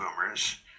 boomers